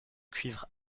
cuivre